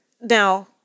now